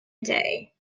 day